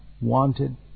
wanted